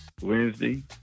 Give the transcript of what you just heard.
Wednesday